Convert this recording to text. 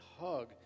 hug